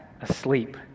asleep